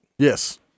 Yes